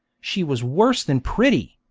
she was worse than pretty!